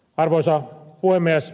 arvoisa puhemies